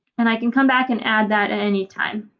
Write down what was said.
and i can come back and add that at any time.